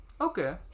okay